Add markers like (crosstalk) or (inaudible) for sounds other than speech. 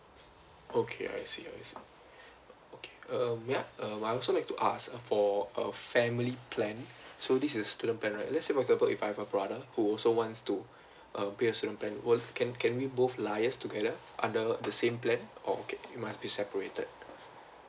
okay I see I see (breath) okay um may I um I would also like to ask for a family plan (breath) so this is student plan right let's say for example if I have a brother who also wants to (breath) um pay a student plan will can can we both liaise together under the same plan or we must be separated